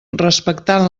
respectant